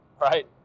right